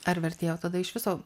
ar vertėjo tada iš viso